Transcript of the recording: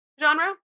genre